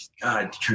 god